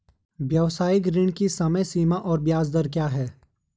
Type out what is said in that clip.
व्यावसायिक ऋण की समय सीमा और ब्याज दर क्या है?